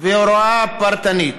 והוראה פרטנית.